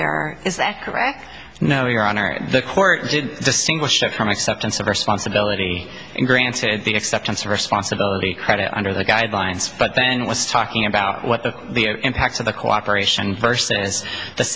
or is that correct no your honor the court did distinguish it from acceptance of responsibility and granted the acceptance of responsibility credit under the guidelines but then was talking about what the impact of the cooperation versus the